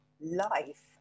life